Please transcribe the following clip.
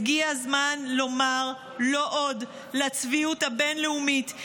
הגיע הזמן לומר לא עוד לצביעות הבין-לאומית,